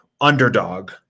underdog